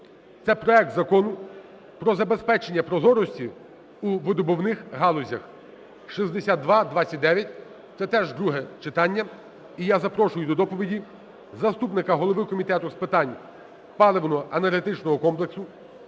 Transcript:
Це проект Закону про забезпечення прозорості у видобувних галузях (6229). Це теж друге читання. І я запрошую до доповіді заступника голови Комітету з питань паливно-енергетичного комплексу,